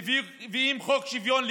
מביאים חוק שוויון לכולם.